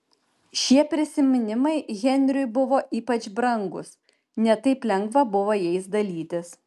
šie prisiminimai henriui buvo ypač brangūs ne taip lengva buvo jais dalytis